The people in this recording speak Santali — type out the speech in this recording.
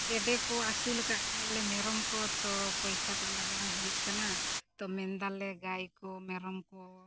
ᱜᱮᱰᱮ ᱠᱚ ᱟᱹᱥᱩᱞ ᱟᱠᱟᱫ ᱠᱚᱣᱟᱞᱮ ᱢᱮᱨᱚᱢ ᱠᱚ ᱛᱚ ᱯᱚᱭᱥᱟ ᱠᱚ ᱤᱱᱟᱹᱜ ᱵᱟᱝ ᱦᱩᱭᱩᱜ ᱠᱟᱱᱟ ᱛᱚ ᱢᱮᱱᱫᱟᱞᱮ ᱜᱟᱭ ᱠᱚ ᱢᱮᱨᱚᱢ ᱠᱚ